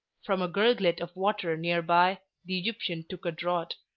from a gurglet of water near-by the egyptian took a draught,